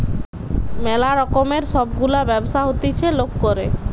ম্যালা রকমের সব গুলা ব্যবসা হতিছে লোক করে